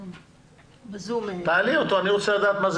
מה זה